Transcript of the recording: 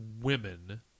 women